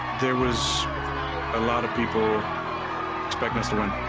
there was a lot of people expecting us to win.